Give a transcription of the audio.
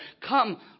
come